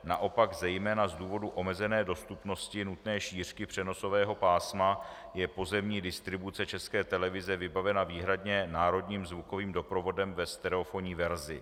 Naopak zejména z důvodu omezené dostupnosti nutné šířky přenosového pásma je pozemní distribuce České televize vybavena výhradně národním zvukovým doprovodem ve stereofonní verzi.